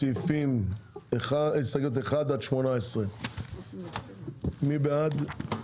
הסתייגויות 1-18. מי בעד?